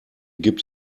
gibt